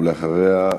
ואחריה,